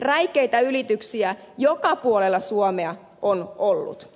räikeitä ylityksiä joka puolella suomea on ollut